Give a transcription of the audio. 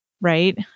right